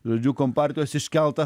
žodžiu kompartijos iškeltą